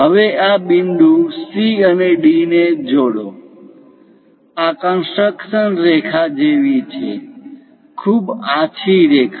હવે આ બિંદુ C અને D ને જોડો આ કન્સ્ટ્રકશન રેખા જેવી છે ખૂબ આછી રેખા